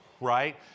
right